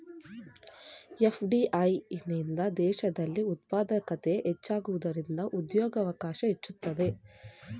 FDI ನಿಂದ ದೇಶದಲ್ಲಿ ಉತ್ಪಾದಕತೆ ಹೆಚ್ಚಾಗುವುದರಿಂದ ಉದ್ಯೋಗವಕಾಶ ಹೆಚ್ಚುತ್ತದೆ